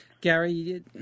Gary